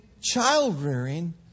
child-rearing